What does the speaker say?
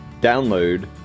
Download